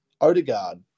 Odegaard